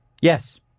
Yes